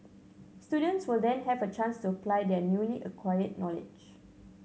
students will then have a chance to apply their newly acquired knowledge